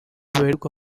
bibarirwa